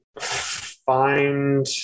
find